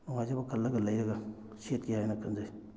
ꯅꯨꯡꯉꯥꯏꯖꯕ ꯈꯜꯂꯒ ꯂꯩꯔꯒ ꯁꯦꯠꯀꯦ ꯍꯥꯏꯅ ꯈꯟꯖꯩ